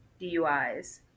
DUIs